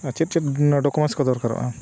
ᱟᱨ ᱪᱮᱫ ᱪᱮᱫ ᱰᱚᱠᱳᱢᱮᱱᱴᱥ ᱠᱚ ᱫᱚᱨᱠᱟᱨᱚᱜᱼᱟ